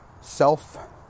self